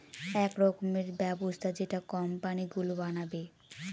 এক রকমের ব্যবস্থা যেটা কোম্পানি গুলো বানাবে